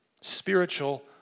Spiritual